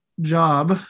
job